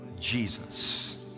Jesus